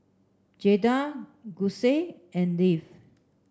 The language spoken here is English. Jaeda Gussie and Leif